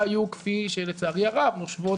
אם אמות המידה יהיו כפי שלצערי הרב נושבות